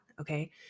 Okay